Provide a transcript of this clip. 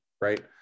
right